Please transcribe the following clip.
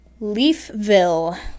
Leafville